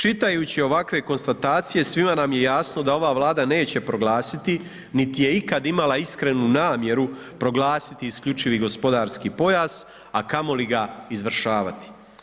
Čitajući ovakve konstatacije svima nam je jasno da ova Vlada neće proglasiti niti je ikad imala iskrenu namjeru proglasiti isključivi gospodarski pojas, a kamoli ga izvršavati.